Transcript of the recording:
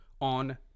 on